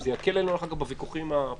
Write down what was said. זה יקל עלינו אחר כך בוויכוחים פה.